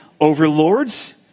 overlords